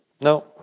no